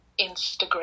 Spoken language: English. Instagram